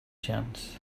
chance